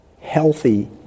healthy